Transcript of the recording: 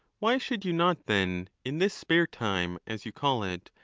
why should you not then, in this spare time, as you call it,